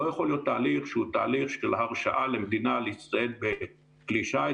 לא יכול להיות תהליך שהוא תהליך של הרשאה למדינה להצטייד בכלי שיט,